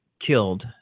killed